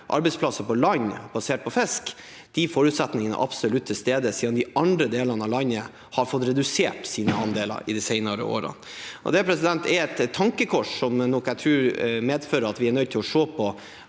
arbeidsplasser på land, basert på fisk. De forutsetningene er absolutt til stede, siden de andre delene av landet har fått redusert sine andeler i de senere årene. Det er et tankekors jeg tror medfører at vi er nødt til å se på